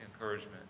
encouragement